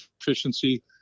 efficiency